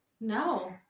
No